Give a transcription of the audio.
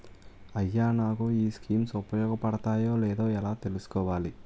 అయ్యా నాకు ఈ స్కీమ్స్ ఉపయోగ పడతయో లేదో ఎలా తులుసుకోవాలి?